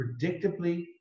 predictably